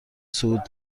صعود